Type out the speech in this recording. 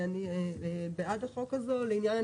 אני בעד החוק הזה.